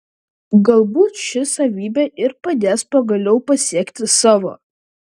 galbūt ši savybė ir padės pagaliau pasiekti savo